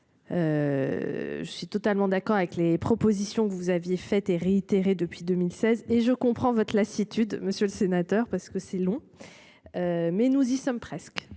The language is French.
Je suis totalement d'accord avec les propositions que vous aviez fait et réitérées depuis 2016 et je comprends votre lassitude, monsieur le sénateur, parce que c'est long. Mais nous y sommes presque.